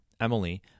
Emily